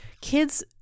kids